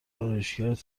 آرایشگرت